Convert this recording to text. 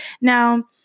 Now